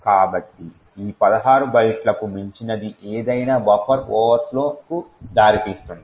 కాబట్టి ఈ 16 బైట్లకు మించినది ఏదైనా బఫర్ ఓవర్ఫ్లోకు దారితీస్తుంది